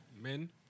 Men